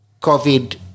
COVID